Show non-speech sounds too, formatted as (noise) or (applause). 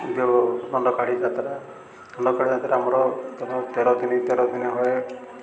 (unintelligible) ଦଣ୍ଡକାଳୀ ଯାତ୍ରା ଦଣ୍ଡକାଳୀ ଯାତ୍ରା ଆମର ତ ତେର ଦିନ ତେର ଦିନ ହୁଏ